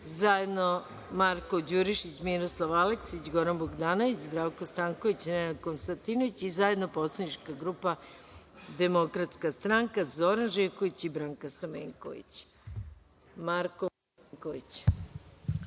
zajedno Marko Đurišić, Miroslav Aleksić, Goran Bogdanović, Zdravko Stanković i Nenad Konstantinović, i zajedno Poslanička grupa Demokratska stranka, Zoran Živković i Branka Stamenković. Reč ima narodni